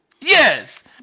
Yes